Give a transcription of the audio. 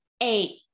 Eight